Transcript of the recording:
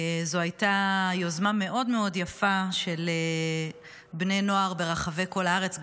זו הייתה יוזמה מאוד מאוד יפה של בני נוער ברחבי כל הארץ.